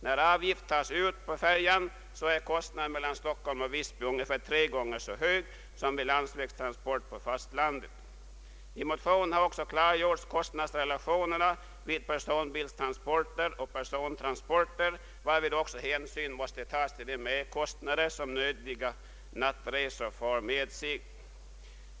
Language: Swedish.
När avgift tas ut är kostnaden mellan Stockholm och Visby ungefär tre gånger så stor som vid landsvägstransport på motsvarande sträcka på fastlandet. I motionerna har också klargjorts kostnadsrelationerna vid personbilstransporter och persontransporter, varvid åberopats att hänsyn måste tas till de merkostnader som nödvändiga nattresor för med sig.